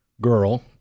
girl